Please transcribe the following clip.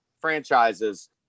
franchises